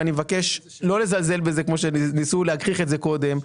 ואני מבקש לא לזלזל בזה כמו שניסו להגחיך את זה קודם,